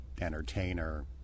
entertainer